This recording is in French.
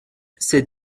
ces